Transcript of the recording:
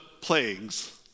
plagues